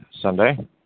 Sunday